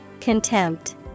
Contempt